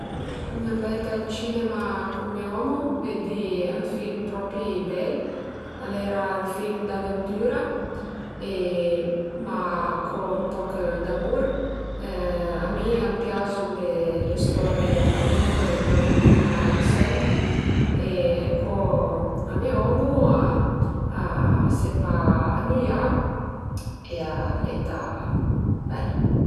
Sun andaia al cinema cun me omu veddi ün film propi bel, al era ün film d'aventüra e ma co ën poch d'amur. A mi a m'piazu le storie d'amur e d'aventüra ënsemp e co me omu a s'e pa anüià e al e ità bel